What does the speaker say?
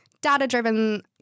data-driven